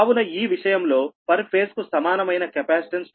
కావున ఈ విషయంలో పర్ ఫేజ్ కు సమానమైన కెపాసిటెన్స్ టు న్యూట్రల్ వచ్చి Can0